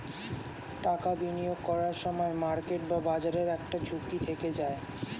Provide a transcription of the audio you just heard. টাকা বিনিয়োগ করার সময় মার্কেট বা বাজারের একটা ঝুঁকি থেকে যায়